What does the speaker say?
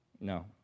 No